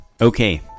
Okay